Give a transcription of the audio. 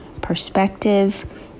perspective